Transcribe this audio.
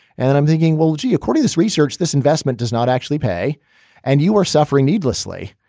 and i'm thinking, well, gee, according this research, this investment does not actually pay and you are suffering needlessly.